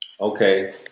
Okay